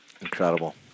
Incredible